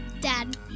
Dad